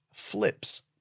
flips